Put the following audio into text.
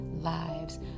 lives